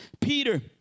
Peter